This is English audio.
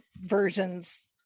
versions